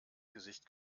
gesicht